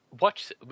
watch